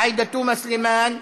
עאידה תומא סלימאן,